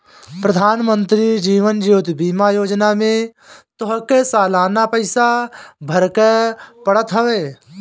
प्रधानमंत्री जीवन ज्योति बीमा योजना में तोहके सलाना पईसा भरेके पड़त हवे